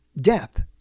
Death